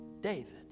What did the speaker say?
David